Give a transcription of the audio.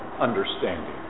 understanding